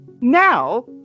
Now